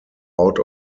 out